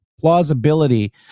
plausibility